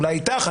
אולי איתך,